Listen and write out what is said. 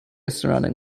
surrounding